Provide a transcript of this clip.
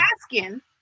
asking